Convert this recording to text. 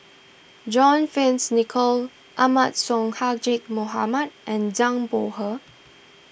John Fearns Nicoll Ahmad Sonhadji Mohamad and Zhang Bohe